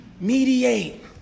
Mediate